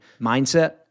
mindset